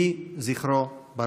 יהי זכרו ברוך.